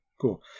Cool